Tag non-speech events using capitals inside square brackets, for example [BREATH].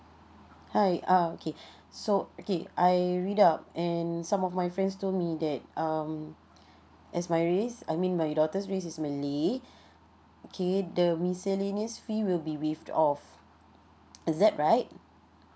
hi uh okay so okay I read up and some of my friends told me that um as my race I mean my daughters race is malay [BREATH] okay the miscellaneous fee will be waived off is that right